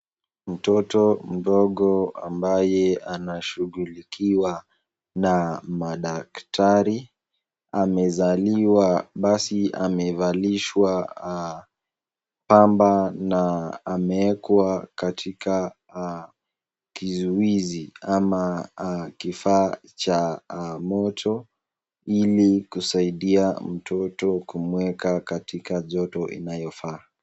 Mtoto mdogo ambaye anashughulikiwa na madaktari amezaliwa basi amevalishwa pamba na amewekwa katika kizuizi ama kifaa cha moto ili kusaidia mtoto kumweka katika joto inayofaa.